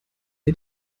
ihr